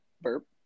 burp